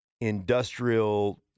industrial